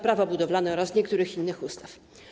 Prawo budowlane oraz niektórych innych ustaw.